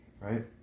Right